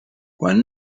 quan